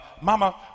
mama